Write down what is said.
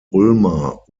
ulmer